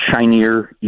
shinier